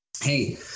Hey